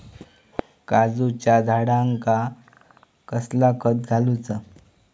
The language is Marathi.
काजूच्या झाडांका कसला खत घालूचा?